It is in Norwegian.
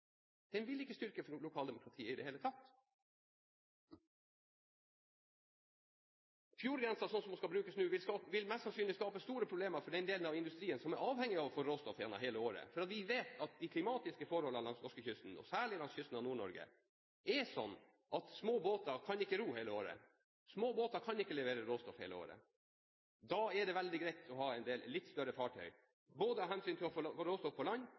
vil ikke styrke lokaldemokratiet. Den vil ikke styrke lokaldemokratiet i det hele tatt. Fjordgrensen, slik som den skal brukes nå, vil mest sannsynlig skape store problemer for den delen av industrien som er avhengig av å få råstoff hele året. Vi vet at de klimatiske forholdene langs norskekysten – og særlig langs kysten av Nord-Norge – er sånn at små båter ikke kan ro hele året. Små